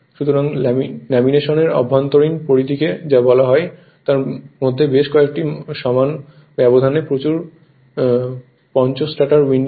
সুতরাং ল্যামিনেশনের অভ্যন্তরীণ পরিধিকে যা বলা হয় তার মধ্যে বেশ কয়েকটি সমান ব্যবধানে প্রচুর পঞ্চ স্ট্যাটার উইন্ডিং